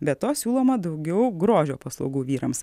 be to siūloma daugiau grožio paslaugų vyrams